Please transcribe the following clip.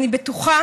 אני בטוחה